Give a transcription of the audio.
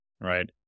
right